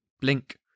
blink